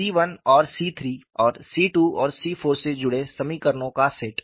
C1 और C3 और C2 और C4 से जुड़े समीकरणों का सेट